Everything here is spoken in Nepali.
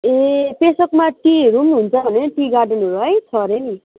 ए पेसोकमा टीहरू पनि हुन्छ टी गार्डनहरू है छ हरे नि